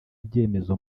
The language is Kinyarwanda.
ibyemezo